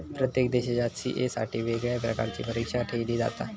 प्रत्येक देशाच्या सी.ए साठी वेगवेगळ्या प्रकारची परीक्षा ठेयली जाता